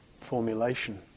formulation